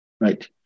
Right